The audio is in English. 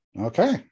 okay